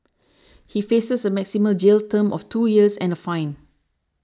he faces a maximum jail term of two years and a fine